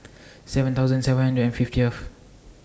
seven thousand seven hundred and fiftieth